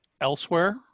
elsewhere